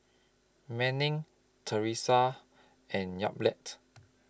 Manning Theresa and Yamilet